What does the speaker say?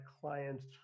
clients